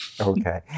Okay